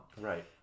right